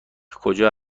کجا